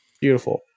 Beautiful